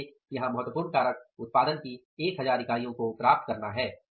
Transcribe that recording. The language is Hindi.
इसलिए यहां महत्वपूर्ण कारक उत्पादन की 1000 इकाइयों को प्राप्त करना है